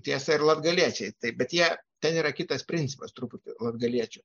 tiesa ir latgaliečiai taip bet jie ten yra kitas principas truputį latgaliečių